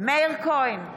מאיר כהן,